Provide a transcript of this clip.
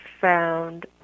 found